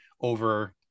over